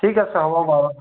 ঠিক আছে হ'ব বাৰু